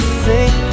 sing